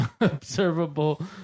observable